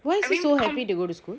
why is he so happy to go to school